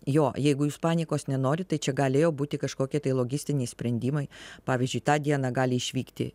jo jeigu jūs panikos nenorit tai čia galėjo būti kažkokie tai logistiniai sprendimai pavyzdžiui tą dieną gali išvykti